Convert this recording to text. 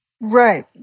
Right